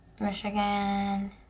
Michigan